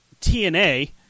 TNA